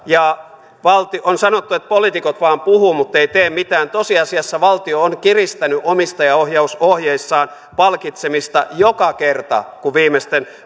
ja on sanottu että poliitikot vain puhuvat mutteivät tee mitään tosiasiassa valtio on kiristänyt omistajaohjausohjeissaan palkitsemista joka kerta kun viimeisten